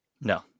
No